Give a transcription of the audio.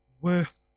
worth